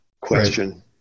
question